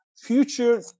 Future